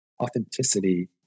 authenticity